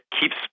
keeps